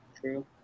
True